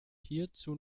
hierzu